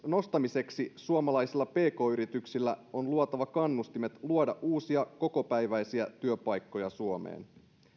nostamiseksi suomalaisille pk yrityksille on luotava kannustimet luoda uusia kokopäiväisiä työpaikkoja suomeen